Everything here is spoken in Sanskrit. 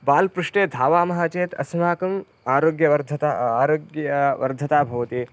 बाल् पृष्ठे धावामः चेत् अस्माकम् आरोग्यवर्धनम् आरोग्यं वर्धते भवति